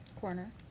Corner